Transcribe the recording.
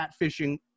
catfishing